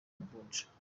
amavunja